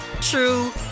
true